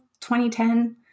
2010